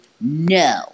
No